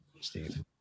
Steve